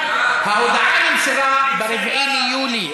ההודעה נמסרה ב-4 ביולי,